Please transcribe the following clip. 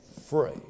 Free